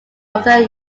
often